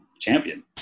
champion